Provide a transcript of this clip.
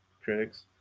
critics